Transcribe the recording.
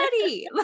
ready